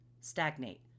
stagnate